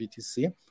BTC